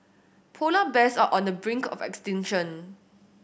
polar bears are on the brink of extinction